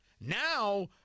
Now